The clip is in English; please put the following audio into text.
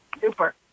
Super